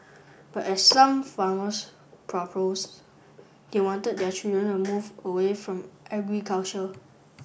but as some farmers proposed they wanted their children to move away from agriculture